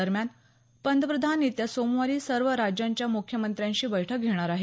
दरम्यान पंतप्रधान येत्या सोमवारी सर्व राज्यांच्या मुख्यमंत्र्यांशी बैठक घेणार आहेत